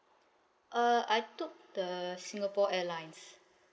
uh I took the singapore airlines